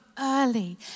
early